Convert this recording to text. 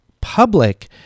public